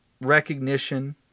recognition